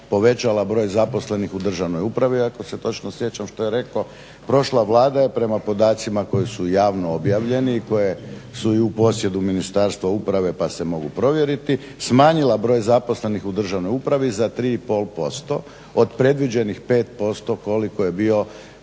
povećala broj zaposlenih u državnoj upravi ako se točno sjećam što je rekao. Prošla Vlada je prema podacima koji su javno objavljeni i koji su i u posjedu Ministarstva uprave pa se mogu provjeriti smanjila broj zaposlenih u državnoj upravi za 3,5% od predviđenih 5% koliko je bio